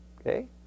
Okay